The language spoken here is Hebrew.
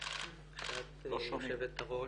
כשאת יושבת הראש,